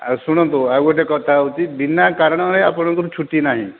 ଆଉ ଶୁଣନ୍ତୁ ଆଉ ଗୋଟେ କଥା ହେଉଛି ବିନା କାରଣରେ ଆପଣଙ୍କର ଛୁଟି ନାହିଁ